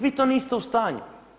Vi to niste u stanju.